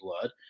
blood